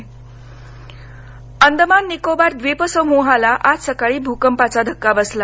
भूकंप अंदमान निकोबार द्वीपसमूहाला आज सकाळी भूकंपाचा धक्का बसला